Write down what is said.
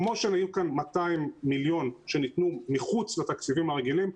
כמו שהיו כאן 200 מיליון שקלים שניתנו מחוץ לתקציבים הרגילים,